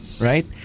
Right